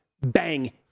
bang